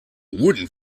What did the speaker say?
wooden